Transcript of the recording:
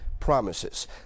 promises